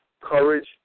courage